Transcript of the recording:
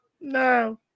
no